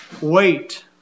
wait